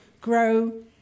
grow